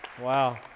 Wow